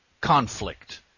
conflict